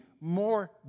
more